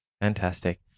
Fantastic